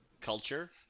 culture